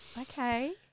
Okay